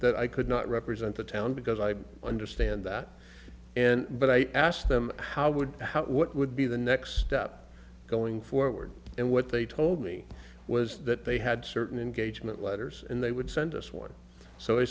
that i could not represent the town because i understand that and but i asked them how would how what would be the next step going forward and what they told me was that they had certain engagement letters and they would send us one so